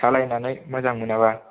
सालायनानै मोजां मोनाबा